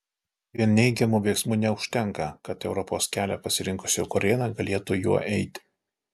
vien neigiamų veiksmų neužtenka kad europos kelią pasirinkusi ukraina galėtų juo eiti